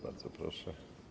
Bardzo proszę.